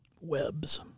webs